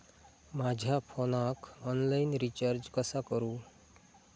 माझ्या फोनाक online recharge कसा करू?